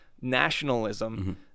nationalism